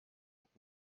und